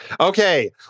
Okay